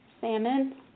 Salmon